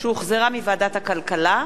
שהחזירה ועדת הכלכלה,